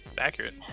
accurate